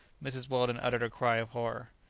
mrs. weldon uttered a cry of horror.